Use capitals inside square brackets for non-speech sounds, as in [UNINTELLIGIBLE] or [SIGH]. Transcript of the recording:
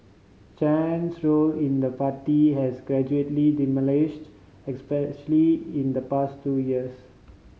Chen's role in the party has gradually [UNINTELLIGIBLE] especially in the past two years